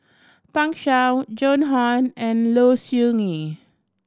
Pan Shou Joan Hon and Low Siew Nghee